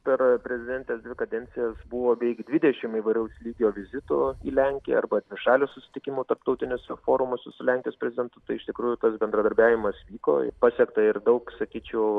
per prezidentės dvi kadencijas buvo beveik dvidešimt įvairaus lygio vizitų į lenkiją arba dvišalių susitikimų tarptautiniuose forumuose su lenkijos prezidentu tai iš tikrųjų tas bendradarbiavimas vyko pasiekta ir daug sakyčiau